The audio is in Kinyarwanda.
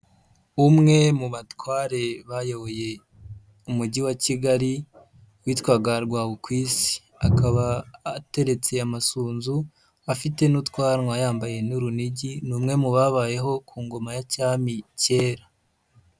Umwe mu batware bayoboye umujyi wa Kigali witwaga Rwabukwisi, akaba ateretse amasunzu afite n'utwanwa yambaye n'urunigi, ni umwe mu babayeho ku ngoma ya cyami kera.